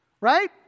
right